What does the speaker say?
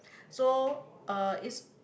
so uh it's